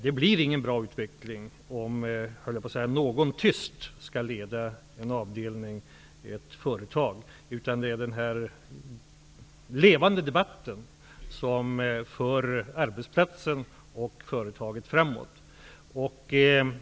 Det blir ingen bra utveckling om någon tyst skall leda en avdelning eller ett företag. Det är den levande debatten som för arbetsplatsen och företaget framåt.